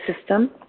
system